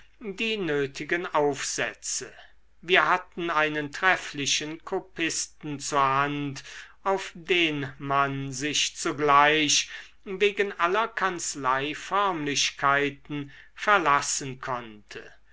die nötigen aufsätze wir hatten einen trefflichen kopisten zur hand auf den man sich zugleich wegen aller kanzleiförmlichkeiten verlassen konnte